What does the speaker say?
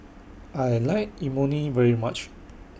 I like Imoni very much